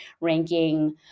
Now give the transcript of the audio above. ranking